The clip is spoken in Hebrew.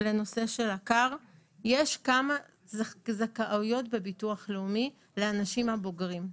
לנושא של --- יש כמה זכאויות בביטוח לאומי לאנשים בוגרים: